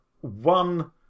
one